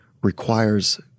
requires